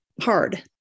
hard